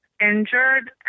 injured